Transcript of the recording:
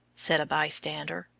said a bystander,